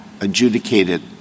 adjudicated